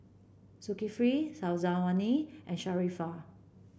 Zulkifli Syazwani and Sharifah